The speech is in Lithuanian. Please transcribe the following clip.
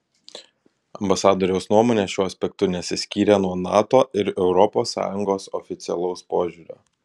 ambasadoriaus nuomonė šiuo aspektu nesiskyrė nuo nato ir europos sąjungos oficialaus požiūrio